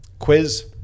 quiz